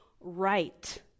right